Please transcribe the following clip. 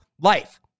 life